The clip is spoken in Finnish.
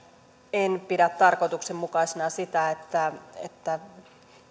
en pidä tarkoituksenmukaisena sitä että että